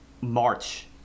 march